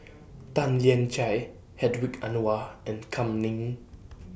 Tan Lian Chye Hedwig Anuar and Kam Ning